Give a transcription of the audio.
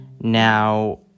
Now